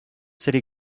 city